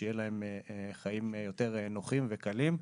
שיהיו להם חיים יותר נוחים וקלים.